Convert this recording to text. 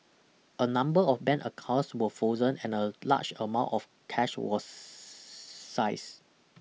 a number of ban accounts were frozen and a large amount of cash was size